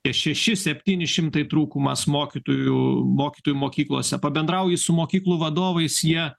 ir šeši septyni šimtai trūkumas mokytojų mokytojų mokyklose pabendrauji su mokyklų vadovais jie